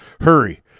hurry